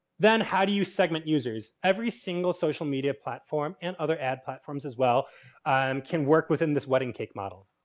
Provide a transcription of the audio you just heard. then how do you segment users? every single social media platform and other ad platforms as well can work within this wedding-cake model.